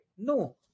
No